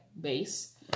base